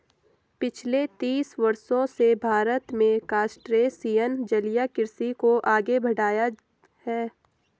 पिछले तीस वर्षों से भारत में क्रस्टेशियन जलीय कृषि को आगे बढ़ाया है